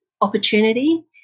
opportunity